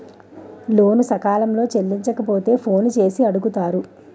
లోను సకాలంలో చెల్లించకపోతే ఫోన్ చేసి అడుగుతారు